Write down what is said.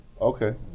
Okay